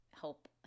help